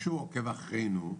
מישהו עוקב אחרינו,